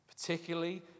particularly